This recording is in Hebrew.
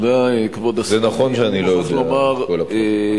זה נכון שאני לא יודע את כל הפרטים.